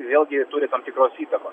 vėlgi jie turi tam tikros įtakos